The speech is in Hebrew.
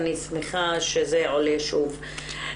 אני שמחה שזה עולה שוב.